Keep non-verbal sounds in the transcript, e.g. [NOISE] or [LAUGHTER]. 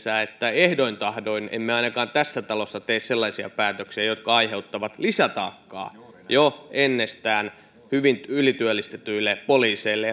siinä mielessä että ehdoin tahdoin emme ainakaan tässä talossa tee sellaisia päätöksiä jotka aiheuttavat lisätaakkaa jo ennestään hyvin ylityöllistetyille poliiseille [UNINTELLIGIBLE]